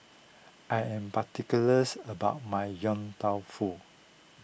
I am particulars about my Yong Tau Foo